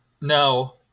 No